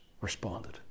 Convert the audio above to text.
responded